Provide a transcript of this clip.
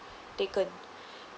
taken